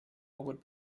would